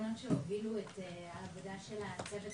מהעקרונות שהובילו את העבודה של הצוות